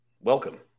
Welcome